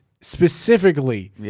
specifically